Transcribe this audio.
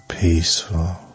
Peaceful